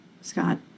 Scott